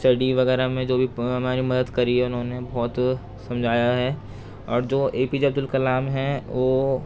study وغیرہ میں جو بھی ہماری مدد کری ہے انہوں نے بہت سمجھایا ہے اور جو A P J Abdul Kalam ہیں وہ